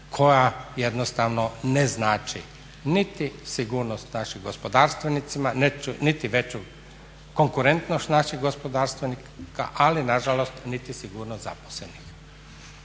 koja jednostavno ne znači niti sigurnost našim gospodarstvenicima niti veću konkurentnost naših gospodarstvenika ali nažalost niti sigurnost zaposlenih.